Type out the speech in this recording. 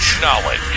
knowledge